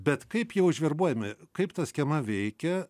bet kaip jie užverbuojami kaip ta skema veikia